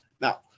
Now